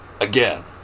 again